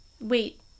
Wait